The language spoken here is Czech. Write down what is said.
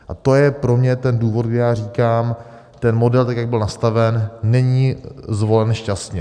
A to je pro mě ten důvod, kdy já říkám, ten model, tak jak byl nastaven, není zvolen šťastně.